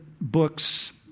books